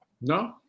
No